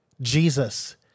Jesus